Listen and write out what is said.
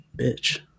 bitch